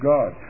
God